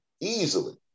Easily